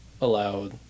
allowed